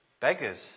Beggars